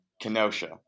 Kenosha